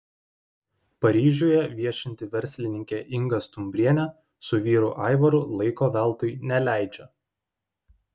paryžiuje viešinti verslininkė inga stumbrienė su vyru aivaru laiko veltui neleidžia